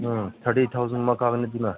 ꯎꯝ ꯊꯥꯔꯇꯤ ꯊꯥꯎꯖꯟꯃꯨꯛ ꯀꯥꯒꯅꯤ ꯑꯗꯨꯅ